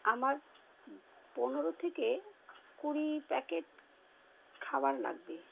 আমার পনেরো থেকে কুড়ি প্যাকেট খাবার লাগবে